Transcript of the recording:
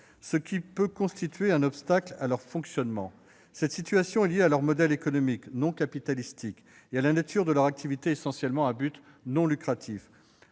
ce qui peut constituer un obstacle à leur fonctionnement. Cette situation est liée à leur modèle économique, non capitalistique, et à la nature de leurs activités, essentiellement à but non lucratif.